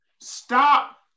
Stop